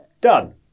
done